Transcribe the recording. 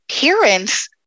parents